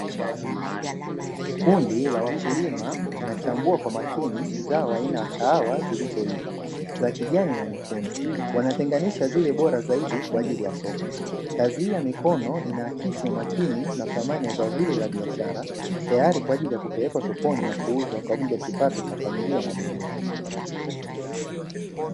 Kundi la wakulima linachambua kwa makini zao aina la kahawa zilizoiva za kijani na nyekundu, wanatengenisha zile bora zaidi kwa ajili ya soko. Kazi hii ya mikono inaakisi umakini na thamani ya zao hili la biashara, tayari kwa ajili ya kupelekwa sokoni na kuuzwa kwa ajili ya kipato cha familia na jamii.